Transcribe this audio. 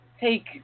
Take